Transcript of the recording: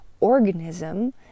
organism